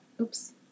Oops